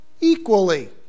equally